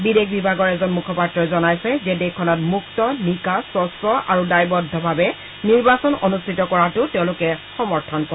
বিদেশ বিভাগৰ এজন মুখপাত্ৰই জনাইছে যে দেশখনত মুক্ত নিকা স্বছ্ আৰু দায়বদ্ধতাভাৱে নিৰ্বাচন অনুষ্ঠিত কৰাটো তেওঁলোকে সমৰ্থন কৰে